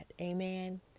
amen